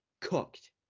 cooked